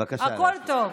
הכול טוב.